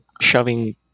shoving